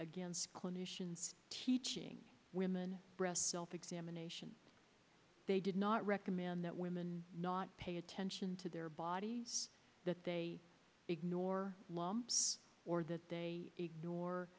against clinicians teaching women breast self examination they did not recommend that women not pay attention to their body that they ignore lumps or that they ignore